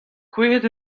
kouezhet